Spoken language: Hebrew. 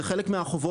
זה חלק מהחובות.